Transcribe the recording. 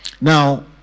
Now